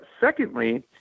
Secondly